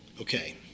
Okay